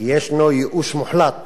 כי יש ייאוש מוחלט